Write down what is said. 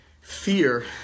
Fear